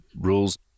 rules